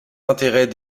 intérêts